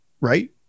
Right